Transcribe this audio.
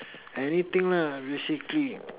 anything lah basically